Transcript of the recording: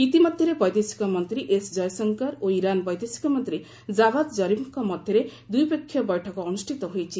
ଇତିମଧ୍ୟରେ ବୈଦେଶିକ ମନ୍ତ୍ରୀ ଏସ୍ ଜୟଶଙ୍କର ଓ ଇରାନ ବୈଦେଶିକ ମନ୍ତ୍ରୀ ଜାବାଦ୍ ଜରିଫ୍ଙ୍କ ମଧ୍ୟରେ ଦ୍ୱିପକ୍ଷୀୟ ବୈଠକ ଅନୁଷ୍ଠିତ ହୋଇଛି